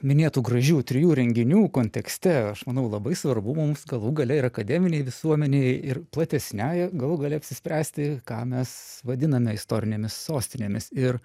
minėtų gražių trijų renginių kontekste aš manau labai svarbu mums galų gale ir akademinei visuomenei ir platesnei galų gale apsispręsti ką mes vadiname istorinėmis sostinėmis ir